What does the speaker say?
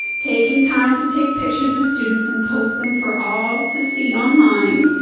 taking time to take pictures with students and post them for all to see online,